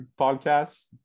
podcast